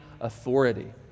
authority